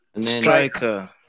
Striker